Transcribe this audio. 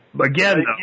Again